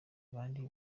abandi